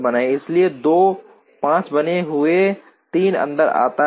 इसलिए 2 5 बने हुए हैं 3 अंदर आता है